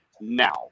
now